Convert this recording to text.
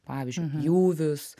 pavyzdžiui pjūvius